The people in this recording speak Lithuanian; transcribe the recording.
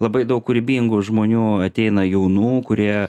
labai daug kūrybingų žmonių ateina jaunų kurie